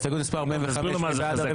הצבעה בעד,